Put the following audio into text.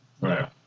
Right